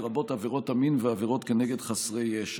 לרבות עבירות המין ועבירות כנגד חסרי ישע.